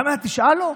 גם על התשעה לא?